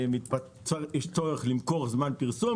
יש צורך למכור זמן פרסום.